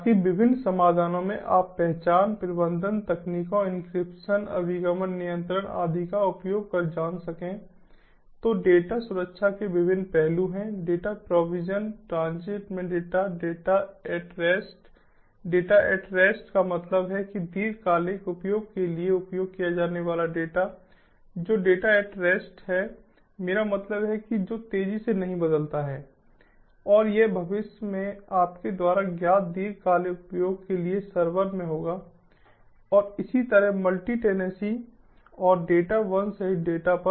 ताकि विभिन्न समाधानों में आप पहचान प्रबंधन तकनीकों एन्क्रिप्शन अभिगम नियंत्रण आदि का उपयोग कर जान सकें तो डेटा सुरक्षा के विभिन्न पहलू हैं डेटा प्रोविज़न ट्रांज़िट में data data at rest data at rest का मतलब है कि दीर्घकालिक उपयोग के लिए उपयोग किया जाने वाला डेटा जो डाटा एट रेस्ट है मेरा मतलब है कि जो तेजी से नहीं बदलता है और यह भविष्य में आपके द्वारा ज्ञात दीर्घकालिक उपयोग के लिए सर्वर में होगा और इसी तरह मल्टी टेनेंसी और डेटा वंश सहित डेटा पर